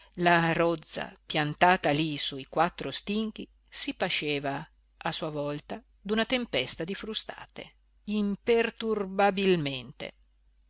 la rozza piantata lí su i quattro stinchi si pasceva a sua volta d'una tempesta di frustate imperturbabilmente